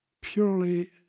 purely